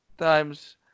times